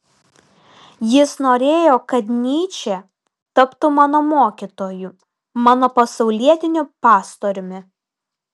jis norėjo kad nyčė taptų mano mokytoju mano pasaulietiniu pastoriumi